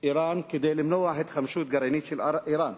אירן כדי למנוע התחמשות גרעינית של אירן,